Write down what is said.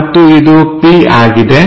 ಮತ್ತು ಇದು p ಆಗಿದೆ